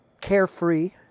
carefree